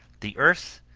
the earth,